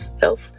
health